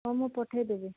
ହଉ ମୁଁ ପଠେଇ ଦେବି